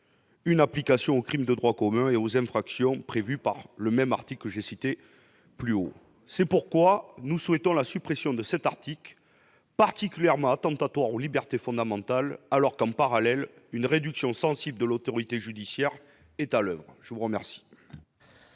une application aux crimes de droit commun et aux infractions prévues par l'article que je viens de citer. Pour toutes ces raisons, nous souhaitons la suppression du présent article particulièrement attentatoire aux libertés fondamentales, alors que, en parallèle, une réduction sensible de l'autorité judiciaire est à l'oeuvre. La parole